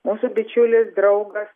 mūsų bičiulis draugas